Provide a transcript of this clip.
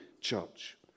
church